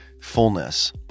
fullness